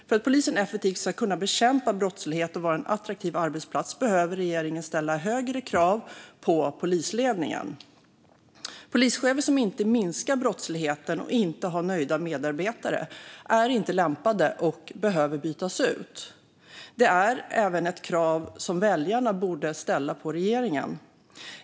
För att polisen effektivt ska kunna bekämpa brottslighet och vara en attraktiv arbetsplats behöver regeringen ställa högre krav på polisledningen. Polischefer som inte minskar brottsligheten och inte har nöjda medarbetare är inte lämpade och behöver bytas ut. Det är även ett krav som väljarna borde ställa på regeringen.